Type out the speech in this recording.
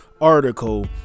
article